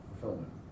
Fulfillment